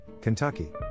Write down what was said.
Kentucky